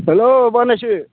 hello बानायसो